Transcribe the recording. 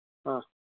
ಹಾಂ